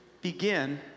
begin